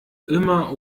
immer